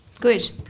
Good